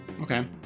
okay